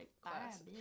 class